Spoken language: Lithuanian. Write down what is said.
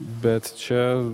bet čia